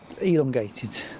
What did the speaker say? elongated